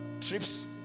trips